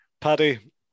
Paddy